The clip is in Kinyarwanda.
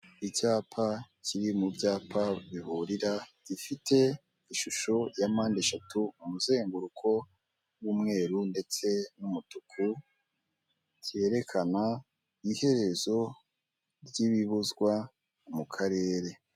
Icyapa kiri mu byapa bihurira, gifite ishusho ya mpande eshatu, umuzenguruko w'umweru ndetse n'umutuku, cyerekana iherezo ry'ibibuzwa mu karere.